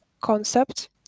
concept